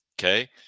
Okay